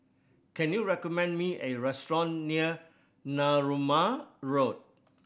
can you recommend me a restaurant near Narooma Road